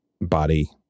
body